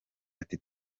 ati